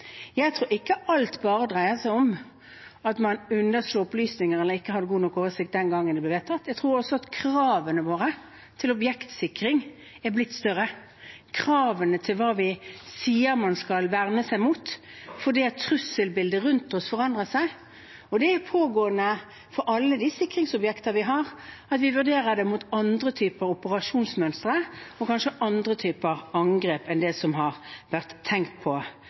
Jeg tror ikke alt bare dreier seg om at man underslo opplysninger eller ikke hadde god nok oversikt den gangen det ble vedtatt. Jeg tror også at kravene våre til objektsikring er blitt større, kravene til hva vi sier man skal verne seg mot, fordi trusselbildet rundt oss forandrer seg. Det er pågående for alle de sikringsobjektene vi har, at vi vurderer det mot andre typer operasjonsmønstre og kanskje andre typer angrep enn det som har vært tenkt på